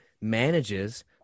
manages